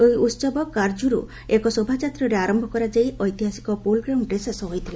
ଏହି ଉତ୍ସବ କାର୍ଜୁରୁ ଏକ ଶୋଭାଯାତ୍ରାରେ ଆରମ୍ଭ କରାଯାଇ ଐତିହାସିକ ପୋଲ ଗ୍ରାଉଣ୍ଡରେ ଶେଷ ହୋଇଥିଲା